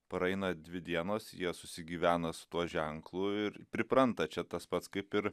praeina dvi dienos jie susigyvena su tuo ženklu ir pripranta čia tas pats kaip ir